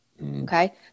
Okay